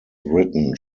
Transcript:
written